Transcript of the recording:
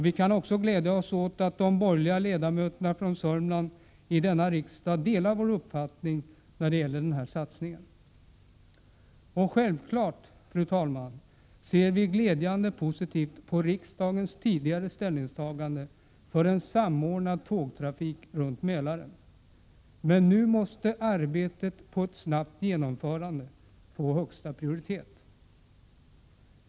Vi kan också glädja oss åt att de borgerliga ledamöterna från Södermanland i denna riksdag delar vår uppfattning när det gäller denna satsning. Vi ser självfallet också glädjande och positivt på riksdagens tidigare ställningstagande om en samordnad tågtrafik runt Mälaren. Men nu måste arbetet för ett snabbt genomförande få högsta prioritet.